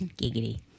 Giggity